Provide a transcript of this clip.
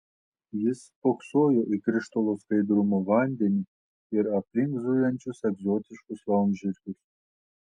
jis spoksojo į krištolo skaidrumo vandenį ir aplink zujančius egzotiškus laumžirgius